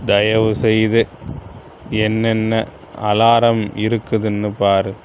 தயவு செய்து என்னென்ன அலாரம் இருக்குதுன்னு பார்